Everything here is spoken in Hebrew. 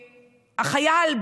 החייל,